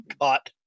caught